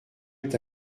est